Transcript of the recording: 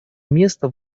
места